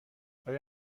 آیا